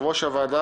הוועדה